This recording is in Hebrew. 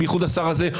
בדיוק השר הזה,